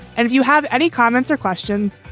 and if you have any comments or questions,